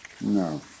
No